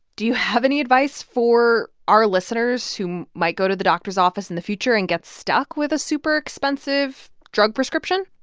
do you have any advice for our listeners who might go to the doctor's office in the future and get stuck with a super-expensive drug prescription?